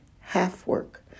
half-work